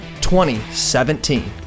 2017